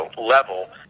level